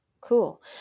Cool